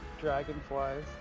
dragonflies